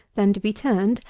then to be turned,